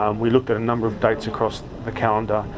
um we looked at a number of dates across the calendar,